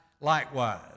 likewise